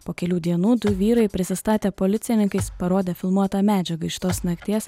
po kelių dienų du vyrai prisistatę policininkais parodė filmuotą medžiagą iš tos nakties